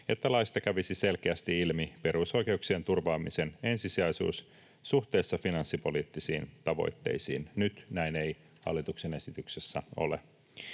että laista kävisi selkeästi ilmi perusoikeuksien turvaamisen ensisijaisuus suhteessa finanssipoliittisiin tavoitteisiin. Nyt näin ei hallituksen esityksessä ole.